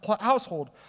household